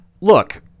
Look